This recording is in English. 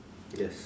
yes